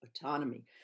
autonomy